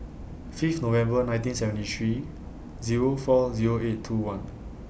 Fifth November nineteen seventy three Zero four Zero eight two one